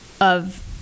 Of-